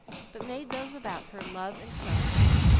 but made those about her love and trust her.